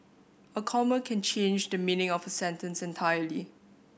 a comma can change the meaning of a sentence entirely